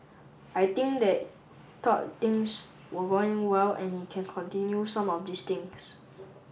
I think they thought things were going well and he can continue some of these things